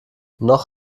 noch